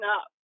up